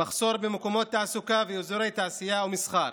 מחסור במקומות תעסוקה ובאזורי תעשייה ומסחר,